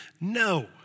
No